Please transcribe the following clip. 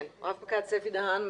רפ"ק סמי דהאן,